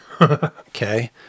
Okay